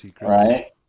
Right